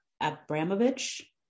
Abramovich